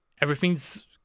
everything's